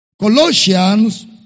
Colossians